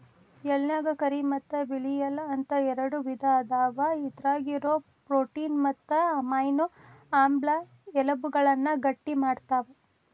ಎಳ್ಳನ್ಯಾಗ ಕರಿ ಮತ್ತ್ ಬಿಳಿ ಎಳ್ಳ ಅಂತ ಎರಡು ವಿಧ ಅದಾವ, ಇದ್ರಾಗಿರೋ ಪ್ರೋಟೇನ್ ಮತ್ತು ಅಮೈನೋ ಆಮ್ಲ ಎಲಬುಗಳನ್ನ ಗಟ್ಟಿಮಾಡ್ತಾವ